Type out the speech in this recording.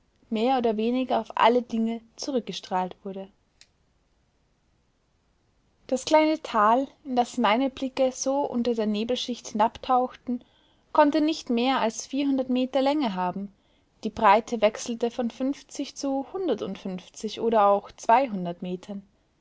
mehr oder weniger auf alle dinge zurückgestrahlt wurde das kleine tal in das meine blicke so unter der nebelschicht hinabtauchten konnte nicht mehr als vierhundert meter länge haben die breite wechselte von fünfzig zu hundertundfünfzig oder auch zweihundert metern